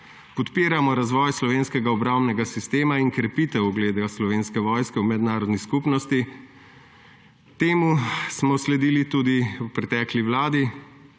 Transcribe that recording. Podpiramo razvoj slovenskega obrambnega sistema in krepitev ugleda Slovenske vojske v mednarodni skupnosti. Temu smo sledili tudi v pretekli vladi